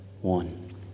one